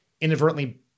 inadvertently